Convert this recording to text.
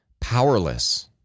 powerless